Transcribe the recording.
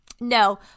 No